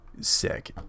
sick